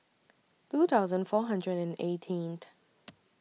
two thousand four hundred and eighteenth